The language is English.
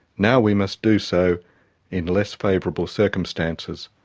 now we must do so in less favourable circumstances.